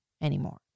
anymore